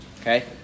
Okay